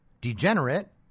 degenerate